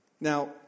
Now